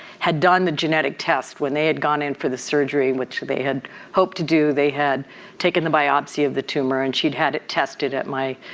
had done the genetic test when they had gone in for the surgery which they had hoped to do. they had taken the biopsy of the tumor and she'd had it tested at my.